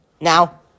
Now